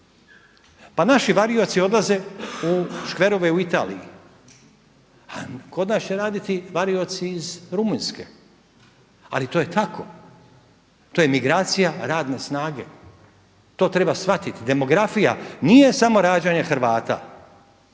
Pa naši varioci odlaze u škverove u Italiji, a kod nas će raditi varioci iz Rumunjske, ali to je tako, to je migracija radne snage. To treba shvatiti. Demografija nije samo rađanje Hrvata